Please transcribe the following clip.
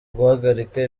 guhagarika